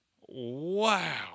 Wow